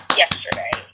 yesterday